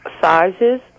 sizes